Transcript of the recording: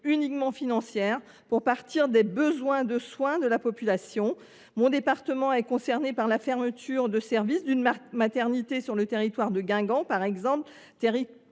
uniquement financier, pour partir des besoins de soins de la population. Par exemple, mon département est concerné par la fermeture de services d’une maternité sur le territoire de Guingamp. Celui